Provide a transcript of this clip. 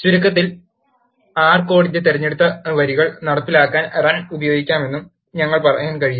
ചുരുക്കത്തിൽ ആർ കോഡിന്റെ തിരഞ്ഞെടുത്ത വരികൾ നടപ്പിലാക്കാൻ റൺ ഉപയോഗിക്കാമെന്ന് ഞങ്ങൾക്ക് പറയാൻ കഴിയും